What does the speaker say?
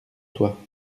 toi